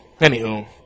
anywho